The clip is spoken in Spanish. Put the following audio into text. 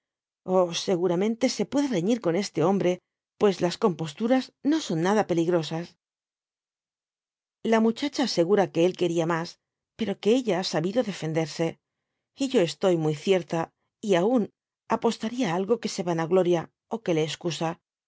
seguramente se puede reñir con este hombre pues las composturas no son nada peligrosas la muchacha asegura que él quería mas pero que ella ha sabido defenderse y yo estoy muy cierta y aun apostaria algo que se vanagloria ó que le escusa